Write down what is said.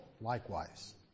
likewise